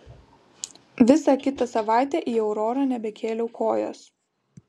visą kitą savaitę į aurorą nebekėliau kojos